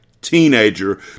teenager